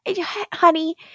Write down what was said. honey